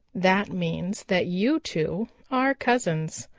that means that you two are cousins.